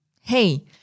Hey